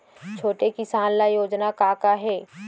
छोटे किसान ल योजना का का हे?